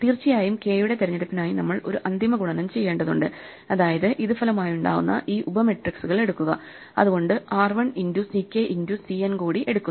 തീർച്ചയായും k യുടെ തിരഞ്ഞെടുപ്പിനായി നമ്മൾ ഒരു അന്തിമ ഗുണനം ചെയ്യേണ്ടതുണ്ട് അതായത് ഇത് ഫലമായുണ്ടാകുന്ന ഈ ഉപ മെട്രിക്സുകൾ എടുക്കുക അതുകൊണ്ട് r 1 into ck into c n കൂടി എടുക്കുന്നു